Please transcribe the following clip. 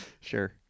sure